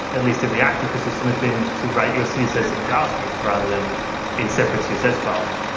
at least in react ecosystem has been to write your css in javascript, rather than in separate css files,